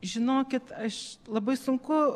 žinokit aš labai sunku